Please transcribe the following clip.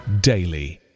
daily